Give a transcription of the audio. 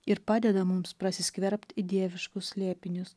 ir padeda mums prasiskverbt į dieviškus slėpinius